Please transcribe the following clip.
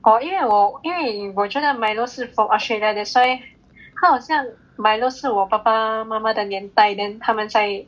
oh 因为我因为我觉得 Milo 是 from Australia that's why 它好像 Milo 是我的的爸爸妈妈的年代 then 他们在